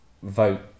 vote